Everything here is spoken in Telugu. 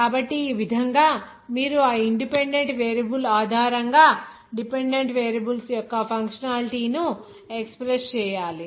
కాబట్టి ఈ విధంగా మీరు ఆ ఇన్ డిపెండెంట్ వేరియబుల్స్ ఆధారంగా డిపెండెంట్ వేరియబుల్స్ యొక్క ఫంక్షనాలిటీ ను ఎక్ష్ప్రెస్స్ చేయాలి